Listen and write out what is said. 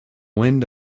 wind